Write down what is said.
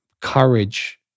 courage